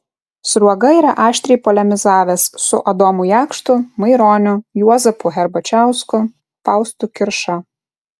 sruoga yra aštriai polemizavęs su adomu jakštu maironiu juozapu herbačiausku faustu kirša